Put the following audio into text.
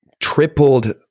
tripled